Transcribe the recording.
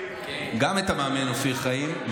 גם את המאמן אופיר חיים.